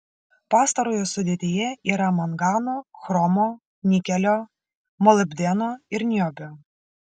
pastarojo sudėtyje yra mangano chromo nikelio molibdeno ir niobio